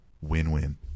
win-win